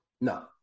No